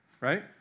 right